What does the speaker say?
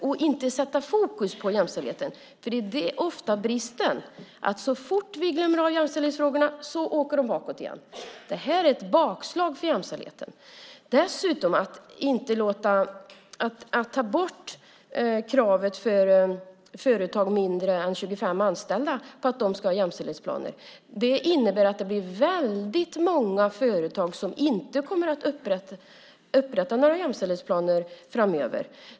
Då sätts inte fokus på jämställdheten. Det är det som ofta är bristen. Så fort vi glömmer bort jämställdhetsfrågorna åker de bakåt igen. Det här är ett bakslag för jämställdheten. Att ta bort kravet för företag med färre än 25 anställda att göra jämställdhetsplaner innebär att det blir många företag som inte kommer att upprätta några jämställdhetsplaner framöver.